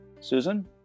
Susan